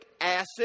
acid